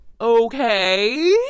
okay